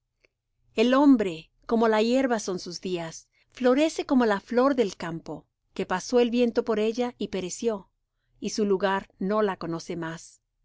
el hombre como la hierba son sus días florece como la flor del campo que pasó el viento por ella y pereció y su lugar no la conoce más